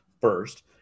first